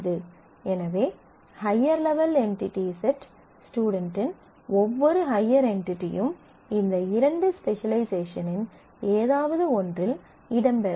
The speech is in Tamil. எனவே higher level entity set student இன் ஒவ்வொரு ஹய்யர் என்டிடியும் இந்த இரண்டு ஸ்பெசலைசேஷனின் எதாவது ஒன்றில் இடம்பெற வேண்டும்